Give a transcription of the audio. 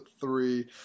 three